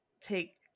take